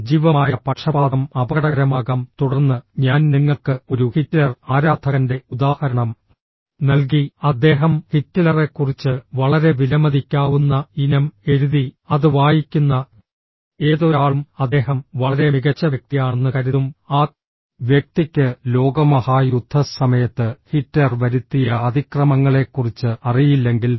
സജീവമായ പക്ഷപാതം അപകടകരമാകാം തുടർന്ന് ഞാൻ നിങ്ങൾക്ക് ഒരു ഹിറ്റ്ലർ ആരാധകന്റെ ഉദാഹരണം നൽകി അദ്ദേഹം ഹിറ്റ്ലറെക്കുറിച്ച് വളരെ വിലമതിക്കാവുന്ന ഇനം എഴുതി അത് വായിക്കുന്ന ഏതൊരാളും അദ്ദേഹം വളരെ മികച്ച വ്യക്തിയാണെന്ന് കരുതും ആ വ്യക്തിക്ക് ലോകമഹായുദ്ധസമയത്ത് ഹിറ്റ്ലർ വരുത്തിയ അതിക്രമങ്ങളെക്കുറിച്ച് അറിയില്ലെങ്കിൽ